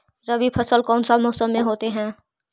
रवि फसल कौन सा मौसम में होते हैं?